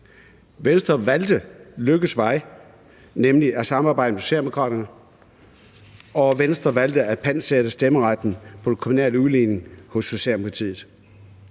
Venstre valgte Løkkes vej, nemlig at samarbejde med Socialdemokraterne, og Venstre valgte at pantsætte stemmeretten i forhold til den kommunale udligning hos Socialdemokratiet.